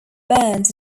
burns